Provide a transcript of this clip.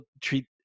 treat